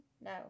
No